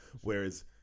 Whereas